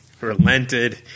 relented